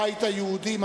הבית היהודי,